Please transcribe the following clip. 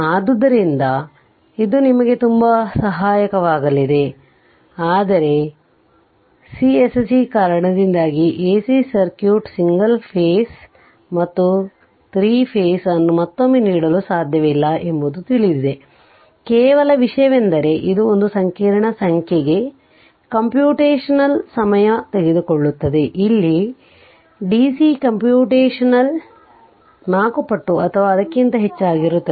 ಆದ್ದರಿಂದ ಇದು ನಿಮಗೆ ತುಂಬಾ ಸಹಾಯಕವಾಗಲಿದೆ ಆದರೆ ಸಿ ಸೆ ಕಾರಣದಿಂದಾಗಿ ಎಸಿ ಸರ್ಕ್ಯೂಟ್ ಸಿಂಗಲ್ ಫೇಸ್ ಮತ್ತು 3 ಫೇಸ್ ಅನ್ನು ಮತ್ತೊಮ್ಮೆ ನೀಡಲು ಸಾಧ್ಯವಿಲ್ಲ ಎಂಬುದು ತಿಳಿದಿದೆ ಕೇವಲ ವಿಷಯವೆಂದರೆ ಅದು ಇದು ಸಂಕೀರ್ಣ ಸಂಖ್ಯೆಗೆ ಕಂಪ್ಯೂಟೇಶನಲ್ ಸಮಯ ತೆಗೆದುಕೊಳ್ಳುತ್ತದೆ ಇಲ್ಲಿ ಡಿಸಿ ಕಂಪ್ಯೂಟೇಶನಲ್ 4 ಪಟ್ಟು ಅಥವಾ ಅದಕ್ಕಿಂತ ಹೆಚ್ಚಿನದಾಗಿರುತ್ತದೆ